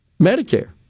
Medicare